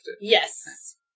Yes